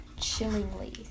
chillingly